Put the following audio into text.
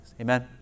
Amen